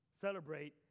celebrate